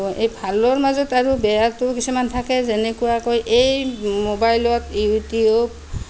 আৰু এই ভালৰ মাজত আৰু বেয়াটো কিছুমান থাকে যেনেকুৱাকৈ এই মোবাইলত ইউটিউব